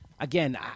Again